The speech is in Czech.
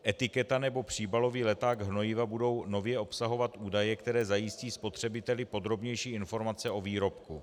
Etiketa nebo příbalový leták hnojiva budou nově obsahovat údaje, které zajistí spotřebiteli podrobnější informace o výrobku.